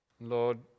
Lord